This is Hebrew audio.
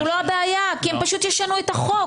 זו לא הבעיה כי הם ישנו את החוק.